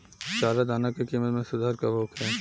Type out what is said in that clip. चारा दाना के किमत में सुधार कब होखे?